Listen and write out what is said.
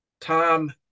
Tom